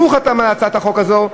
ואם הוא חתם על הצעת החוק הזאת,